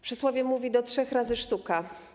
Przysłowie mówi: do trzech razy sztuka.